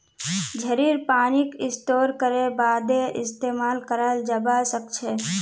झड़ीर पानीक स्टोर करे बादे इस्तेमाल कराल जबा सखछे